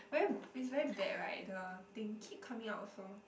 then is very bad right the thing keep coming off also